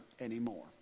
anymore